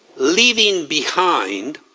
leaving behind